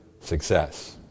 success